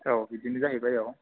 औ बिदिनो जाहैबाय औ